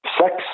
sex